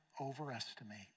overestimate